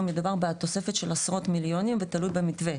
מדובר בתוספת של עשרות מיליונים ותלוי במתווה.